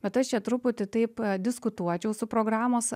bet aš čia truputį taip diskutuočiau su programos